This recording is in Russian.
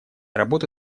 работы